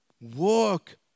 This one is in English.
Work